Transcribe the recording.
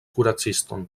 kuraciston